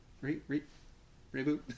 re-re-reboot